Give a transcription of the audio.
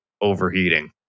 overheating